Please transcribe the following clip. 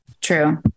true